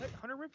hunter